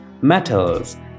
metals